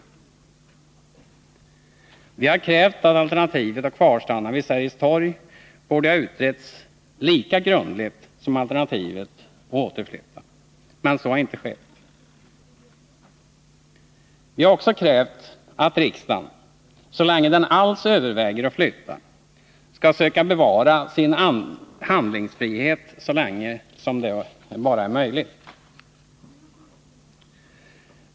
Vi har krävt att alternativet att kvarstanna vid Sergels torg skulle ha utretts lika grundligt som alternativet att återflytta, men så har inte skett. Vi har också krävt att riksdagen, så länge den alls överväger att flytta, skall försöka bevara sin handlingsfrihet så länge detta bara är möjligt.